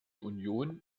union